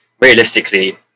realistically